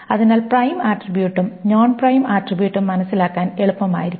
അതിനാൽ പ്രൈം ആട്രിബ്യൂട്ടും non prime ആട്രിബ്യൂട്ടും മനസ്സിലാക്കാൻ എളുപ്പമായിരിക്കണം